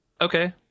Okay